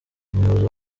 umuyobozi